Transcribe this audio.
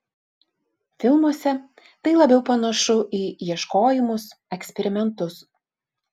filmuose tai labiau panašu į ieškojimus eksperimentus